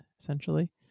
essentially